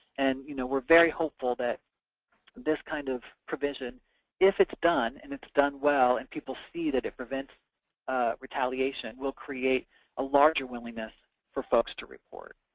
and you know we're very hopeful that this kind of provision if it's done, and it's done well, and people see that it prevents retaliation will create a larger willingness for folks to report.